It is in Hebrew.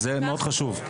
זה מאוד חשוב.